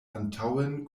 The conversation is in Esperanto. antaŭen